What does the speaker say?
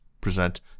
present